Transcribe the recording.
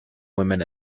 women